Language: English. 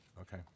okay